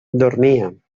dormia